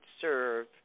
serve